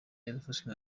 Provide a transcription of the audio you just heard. yarafashwe